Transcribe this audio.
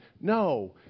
no